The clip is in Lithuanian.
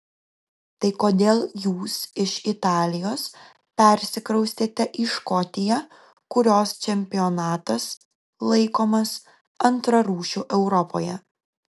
tai kodėl jūs iš italijos persikraustėte į škotiją kurios čempionatas laikomas antrarūšiu europoje